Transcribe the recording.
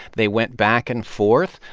they went back and forth,